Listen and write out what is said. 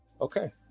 okay